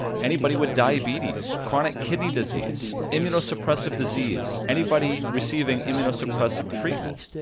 anybody with diabetes, chronic kidney disease, immunosuppressive disease, anybody receiving immunosuppressive treatment,